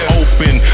open